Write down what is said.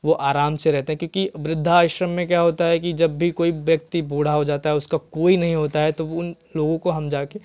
वे आराम से रहते हैं क्योंकि वृधाश्रम में क्या होता है कि जब भी कोई व्यक्ति बूढ़ा हो जाता है उसका कोई नहीं होता हा तो उन लोगों को हम जाकर